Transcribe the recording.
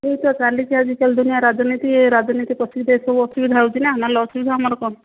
ସେଇ ତ ଚାଲିଛି ଆଜିକାଲି ଦୁନିଆ ରାଜନୀତି ରାଜନୀତି ପଶିକି ତ ଏସବୁ ଅସୁବିଧା ହେଉଛି ନା ନହେଲେ ଅସୁବିଧା ଆମର କ'ଣ